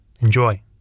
Enjoy